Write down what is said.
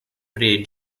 pri